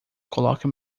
coloca